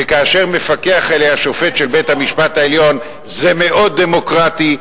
וכאשר מפקח עליה שופט של בית-המשפט העליון זה מאוד דמוקרטי,